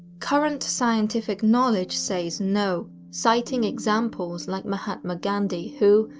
current scientific knowledge says no, citing examples like mahatma gandhi who,